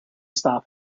stop